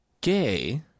gay